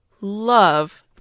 love